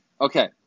Okay